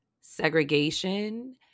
segregation